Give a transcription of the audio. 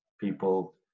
people